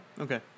Okay